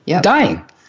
dying